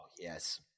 yes